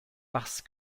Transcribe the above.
parce